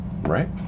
Right